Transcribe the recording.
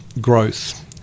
growth